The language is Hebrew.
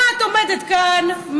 אחת עומדת כאן,